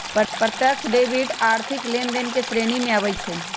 प्रत्यक्ष डेबिट आर्थिक लेनदेन के श्रेणी में आबइ छै